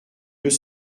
deux